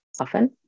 often